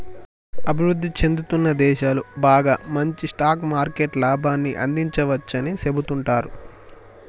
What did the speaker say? అభివృద్ధి చెందుతున్న దేశాలు బాగా మంచి స్టాక్ మార్కెట్ లాభాన్ని అందించవచ్చని సెబుతుంటారు